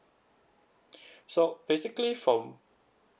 so basically for